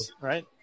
right